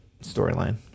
storyline